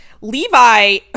Levi